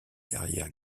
derrière